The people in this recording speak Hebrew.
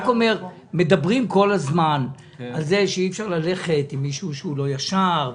שמדברים כל הזמן על זה שאי-אפשר ללכת עם מישהו שהוא לא ישר.